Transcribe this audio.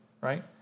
right